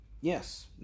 Yes